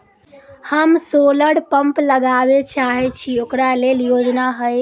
हम solar pump लगाबै चाहय छी ओकरा लेल योजना हय?